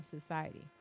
society